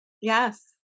Yes